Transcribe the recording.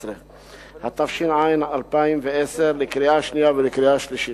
12), התש"ע 2010, לקריאה שנייה ולקריאה שלישית.